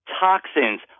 toxins